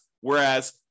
Whereas